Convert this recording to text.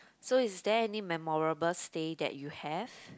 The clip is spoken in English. so is there any memorable stay that you have